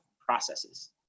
processes